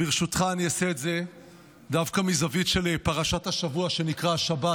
ברשותך אעשה את זה דווקא מזווית של פרשת השבוע שנקרא השבת,